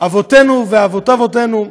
אבותינו ואבות אבותינו,